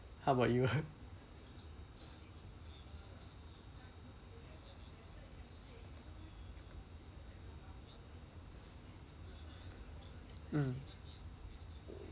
how about you mm